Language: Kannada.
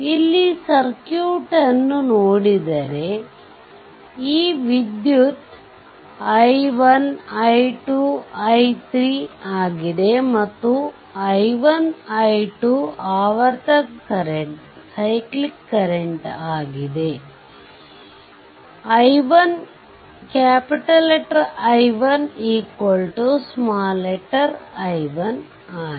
ಇಲ್ಲಿ ಸರ್ಕ್ಯೂಟ್ ಅನ್ನು ನೋಡಿದರೆ ಈ ವಿದ್ಯುತ್ I1 I2 I3 ಆಗಿದೆ ಮತ್ತು ಮತ್ತು I1 I2 ಆವರ್ತಕ ಕರೆಂಟ್ ಆಗಿದೆ I1 i1 ಆಗಿದೆ